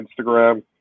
Instagram